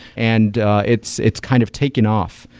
and it's it's kind of taken off.